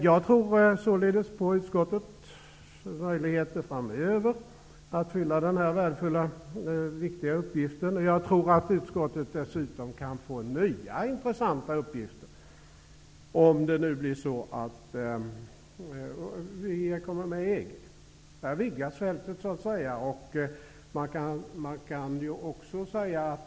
Jag tror således på utskottets möjligheter att framöver fullgöra denna värdefulla och viktiga uppgift, och jag tror att utskottet dessutom kan få nya intressanta uppgifter om Sverige kommer med i EG. Här vidgas fältet.